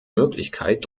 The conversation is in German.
möglichkeit